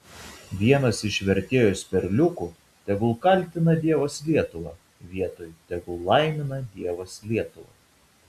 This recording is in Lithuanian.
vienas iš vertėjos perliukų tegul kaltina dievas lietuvą vietoj tegul laimina dievas lietuvą